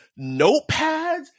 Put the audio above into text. notepads